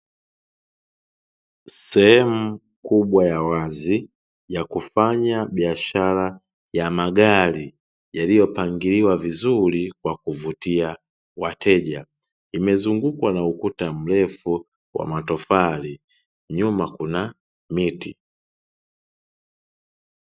Sehemu kubwa ya wazi ya kufanya biashara ya magari, yaliyopangiliwa vizuri kwa kuvutia wateja. Imezungukwa na ukuta mrefu wa matofali, nyuma kuna miti.